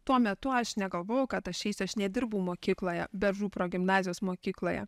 tuo metu aš negalvojau kad aš eisiu aš nedirbu mokykloje beržų progimnazijos mokykloje